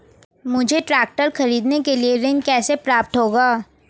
मुझे ट्रैक्टर खरीदने के लिए ऋण कैसे प्राप्त होगा?